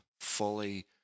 fully